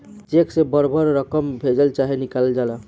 check से बड़ बड़ रकम भेजल चाहे निकालल जाला